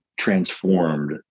transformed